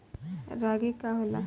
रागी का होला?